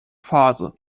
phase